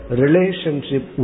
relationship